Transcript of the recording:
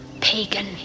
Pagan